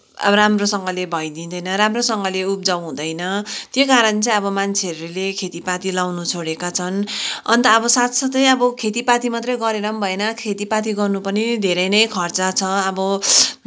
अब राम्रोसँगले भइदिँदैन राम्रोसँगले उब्जाउ हुँदैन त्यही कारण चाहिँ अब मान्छेहरूले खेतीपाती लगाउनु छोडे्का छन् अन्त अब साथसाथैमा अब खेतीपातीमात्रै गरेर पनि भएन खेतीपाती गर्नु पनि धेरै नै खर्च छ अब